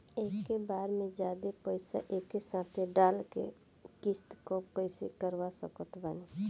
एके बार मे जादे पईसा एके साथे डाल के किश्त कम कैसे करवा सकत बानी?